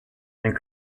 and